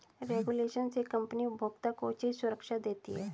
regulation से company उपभोक्ता को उचित सुरक्षा देती है